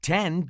Ten